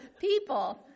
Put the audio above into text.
People